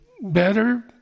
better